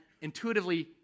intuitively